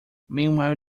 meanwhile